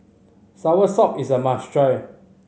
soursop is a must try